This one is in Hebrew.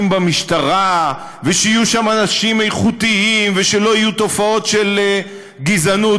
במשטרה ושיהיו שם אנשים איכותיים ושלא יהיו תופעות של גזענות,